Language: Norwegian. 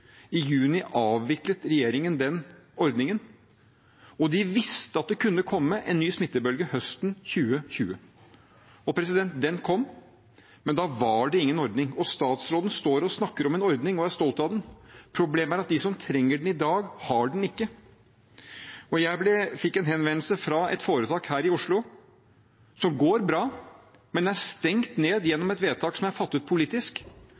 I juni avviklet regjeringen den ordningen, og de visste at det kunne komme en ny smittebølge høsten 2020. Den kom, men da var det ingen ordning. Statsråden står og snakker om en ordning og er stolt av den. Problemet er at de som trenger den i dag, har den ikke. Jeg fikk en henvendelse fra et foretak her i Oslo, som går bra, men er stengt ned gjennom et vedtak som er fattet politisk.